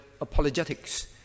apologetics